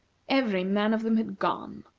every man of them had gone.